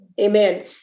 Amen